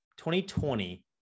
2020